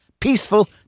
Peaceful